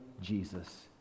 jesus